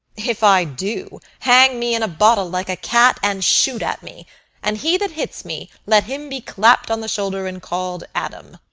if i do, hang me in a bottle like a cat and shoot at me and he that hits me, let him be clapped on the shoulder and called adam.